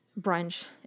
brunch